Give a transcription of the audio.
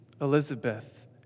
Elizabeth